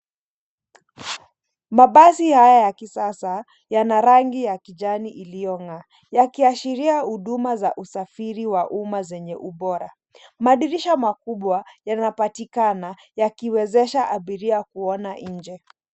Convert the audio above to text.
Mabasi haya ya kisasa, yana rangi ya kijani iliyong'aa. Yakiashiria huduma za usafiri wa uma zenye ubora. Madirisha makubwa, yanapatikana yakiwezesha abiria kuona nje.